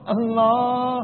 Allah